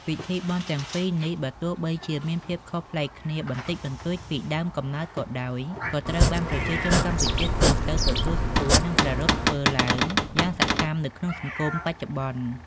ពិធីបុណ្យទាំងពីរនេះ បើទោះបីជាមានភាពខុសប្លែកគ្នាបន្តិចបន្តួចពីដើមកំណើតក៏ដោយ ក៏ត្រូវបានប្រជាជនកម្ពុជាទូទៅទទួលស្គាល់ និងប្រារព្ធធ្វើឡើងយ៉ាងសកម្មនៅក្នុងសង្គមបច្ចុប្បន្ន។